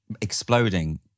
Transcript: exploding